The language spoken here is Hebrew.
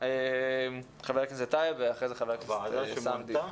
הזמנת את הוועדה שמונתה?